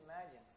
imagine